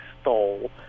stole